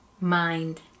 mind